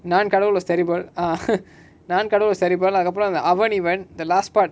நான் Kadavul kadavul was terrible ah நான் Kadavul kadavul was terrible அதுகப்ரோ அந்த அவன் இவன்:athukapro antha avan ivan the last part